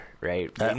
right